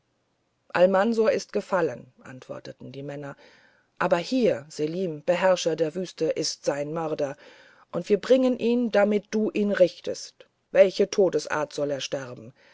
almansor ist gefallen antworteten die männer aber hier selim beherrscher der wüste ist sein mörder und wir bringen ihn damit du ihn richtest welche todesart soll er sterben